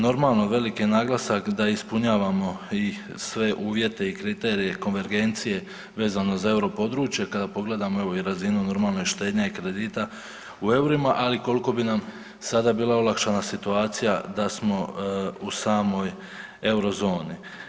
Normalno veliki je naglasak da ispunjavamo i sve uvjete i kriterije konvergencije vezano za euro područje, kada pogledamo i razinu normalne štednja i kredita u eurima, ali koliko bi nam sada bila olakšana situacija da smo u samoj Eurozoni.